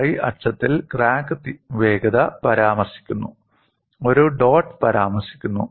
Y അക്ഷത്തിൽ crack വേഗത പരാമർശിക്കുന്നു ഒരു ഡോട്ട് പരാമർശിക്കുന്നു